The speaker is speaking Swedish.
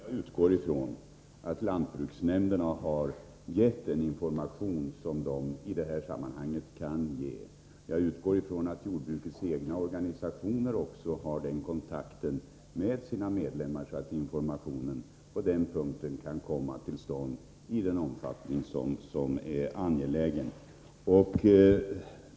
Fru talman! Jag utgår från att lantbruksnämnderna har gett den information som de i detta sammanhang kan ge. Jag utgår också från att jordbrukets egna organisationer har sådan kontakt med sina medlemmar att information 91 på den punkten kan lämnas i den omfattning som är nödvändig.